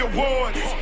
Awards